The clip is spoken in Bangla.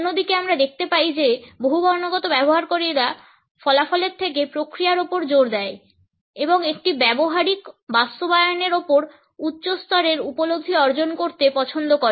অন্যদিকে আমরা দেখতে পাই যে বহুবর্ণগত ব্যবহারকারীরা ফলাফলের থেকে প্রক্রিয়ার উপর জোর দেয় এবং একটি ব্যবহারিক বাস্তবায়নের উপর উচ্চ স্তরের উপলব্ধি অর্জন করতে পছন্দ করে